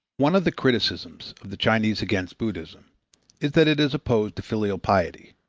one of the criticisms of the chinese against buddhism is that it is opposed to filial piety.